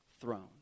throne